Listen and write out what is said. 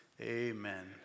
amen